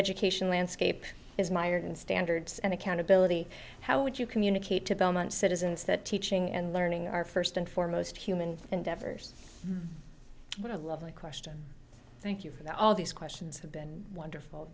education landscape is mired in standards and accountability how would you communicate to belmont citizens that teaching and learning are first and foremost human endeavors what a lovely question thank you for that all these questions have been wonderful